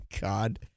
God